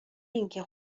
اینکه